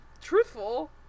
truthful